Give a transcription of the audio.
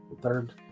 third